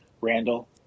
Randall